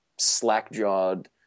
slack-jawed